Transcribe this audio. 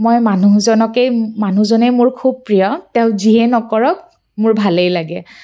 মই মানুহজনকেই মানুহজনেই মোৰ খুব প্ৰিয় তেওঁক যিয়ে নকৰক মোৰ ভালেই লাগে